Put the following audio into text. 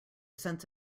sense